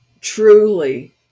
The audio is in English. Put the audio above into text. truly